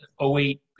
08